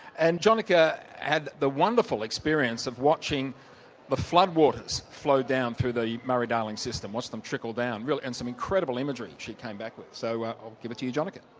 and jonica had the wonderful experience of watching the flood waters flow down through the murray darling system. watch them trickle down, and some incredible imagery she came back with. so i'll give it to you jonica.